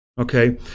okay